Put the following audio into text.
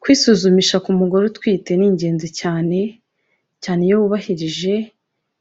Kwisuzumisha k'umugore utwite ni ingenzi cyane, cyane iyo wubahirije